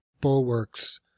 bulwarks